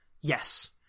Yes